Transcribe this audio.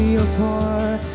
apart